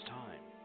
time